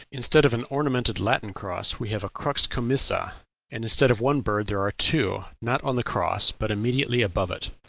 instead of an ornamented latin cross, we have a crux commissa, and instead of one bird there are two, not on the cross, but immediately above it.